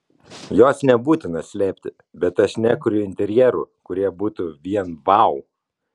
jos nebūtina slėpti bet aš nekuriu interjerų kurie būtų vien vau